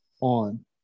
on